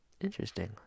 interesting